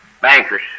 Bankers